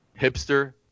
Hipster